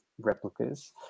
replicas